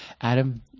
Adam